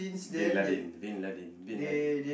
Bin Laden Bin Laden Bin Laden